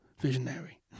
Visionary